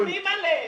מרחמים עליהם.